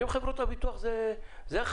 היום חברות הביטוח זה החמצן,